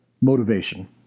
motivation